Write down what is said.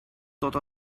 dod